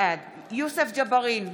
בעד יוסף ג'בארין,